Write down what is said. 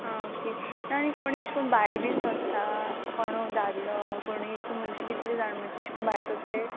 आ okay ना आनी कोण एश कोन भायर बीन सोत्ता कोणू दादलो कोणी एश को म्हणजे कितले जाण म्हणजे एश कोन भायर सोत्ताय